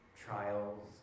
trials